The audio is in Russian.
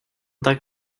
так